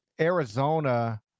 Arizona